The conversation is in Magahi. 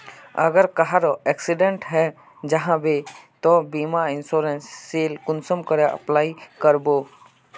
अगर कहारो एक्सीडेंट है जाहा बे तो बीमा इंश्योरेंस सेल कुंसम करे अप्लाई कर बो?